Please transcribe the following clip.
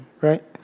right